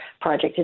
project